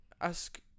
ask